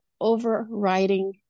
overriding